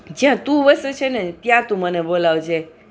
જ્યાં તું વસે છેને ત્યાં તું મને બોલાવજે